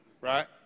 right